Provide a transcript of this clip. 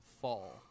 fall